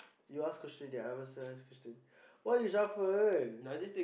you ask question already I also ask question why you shuffle